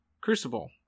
crucible